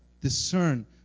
discern